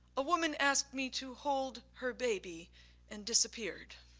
a woman asked me to hold her baby and disappear